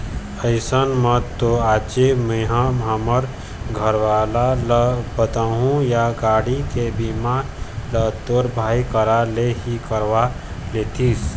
अइसन म तो आजे मेंहा हमर घरवाला ल बताहूँ या गाड़ी के बीमा ल तोर भाई करा ले ही करवा लेतिस